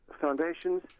foundations